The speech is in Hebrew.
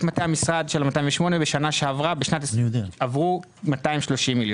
של 208 בשנה שעברה עברו 230 מיליון.